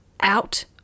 out